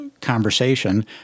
conversation